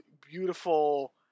beautiful